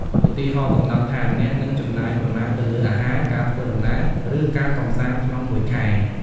ឧទាហរណ៍ កំណត់ថាអ្នកនឹងចំណាយប៉ុន្មានទៅលើអាហារ ការធ្វើដំណើរ ឬការកម្សាន្តក្នុងមួយខែ។